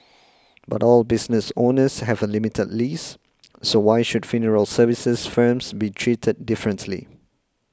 but all business owners have a limited lease so why should funeral services firms be treated differently